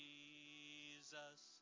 Jesus